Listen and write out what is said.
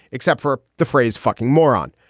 except for the phrase fucking moron.